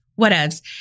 whatevs